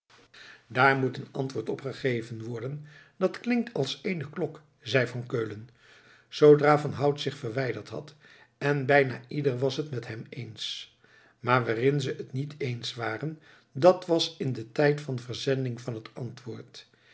daar moet een antwoord op gegeven worden dat klinkt als eene klok zei van keulen zoodra van hout zich verwijderd had en bijna ieder was het met hem eens maar waarin ze het niet eens waren dat was in den tijd van verzending van het antwoord